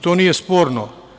To nije sporno.